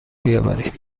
بیاورید